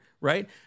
right